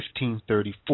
1534